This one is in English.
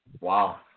Wow